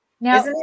Now